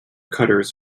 cutters